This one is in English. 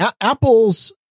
Apple's